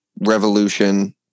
revolution